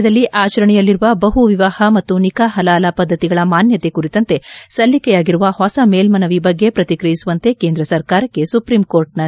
ಮುಸಲ್ಪಾನ ಸಮುದಾಯದಲ್ಲಿ ಆಚರಣೆಯಲ್ಲಿರುವ ಬಹುವಿವಾಪ ಮತ್ತು ನಿಖಾ ಹಲಾಲ ಪದ್ಲತಿಗಳ ಮಾನ್ನತೆ ಕುರಿತಂತೆ ಸಲ್ಲಿಕೆಯಾಗಿರುವ ಹೊಸ ಮೇಲ್ನವಿ ಬಗ್ಗೆ ಪ್ರತಿಕ್ರಿಯಿಸುವಂತೆ ಕೇಂದ್ರ ಸರ್ಕಾರಕ್ಕೆ ಸುಪ್ರೀಂಕೋರ್ಟಿನ ಸೂಚನೆ